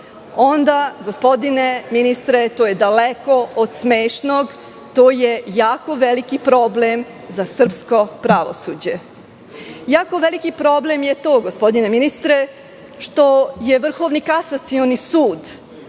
onda gospodine ministre, to je daleko od smešnog, to je jako veliki problem za srpsko pravosuđe. Jako veliki problem je to gospodine ministre, što je Vrhovni kasacioni sud